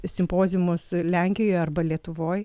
simpoziumus lenkijoje arba lietuvoj